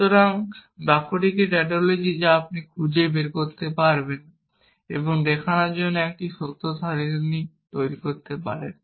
সুতরাং এই বাক্যটি কি টাউটোলজি যা আপনি খুঁজে বের করতে এবং দেখানোর জন্য একটি সত্য সারণী তৈরি করতে পারেন